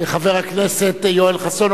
חבר הכנסת יואל חסון,